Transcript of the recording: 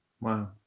Wow